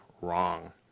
wrong